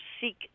seek